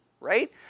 right